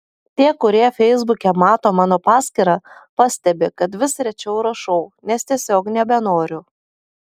tie kurie feisbuke mato mano paskyrą pastebi kad vis rečiau rašau nes tiesiog nebenoriu